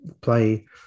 play